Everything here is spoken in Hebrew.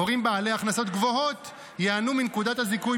הורים בעלי הכנסות גבוהות ייהנו מנוקדת הזיכוי